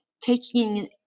Taking